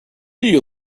you